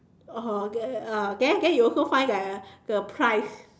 oh then then you also find the the price